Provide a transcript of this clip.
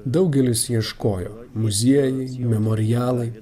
daugelis ieškojo muziejai memorialai